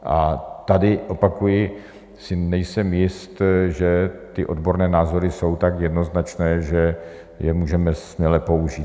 A tady, opakuji, si nejsem jist, že odborné názory jsou tak jednoznačné, že je můžeme směle použít.